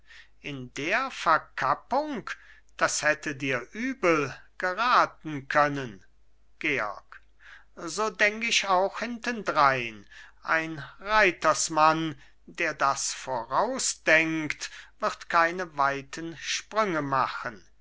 in der verkappung das hätte dir übel geraten können georg so denk ich auch hintendrein ein reitersmann der das voraus denkt wird keine weiten sprünge machen